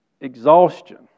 Exhaustion